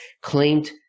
claimed